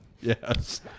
Yes